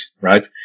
right